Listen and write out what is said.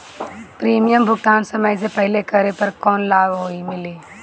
Premium भुगतान समय से पहिले करे पर कौनो लाभ मिली?